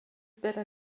better